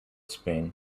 spain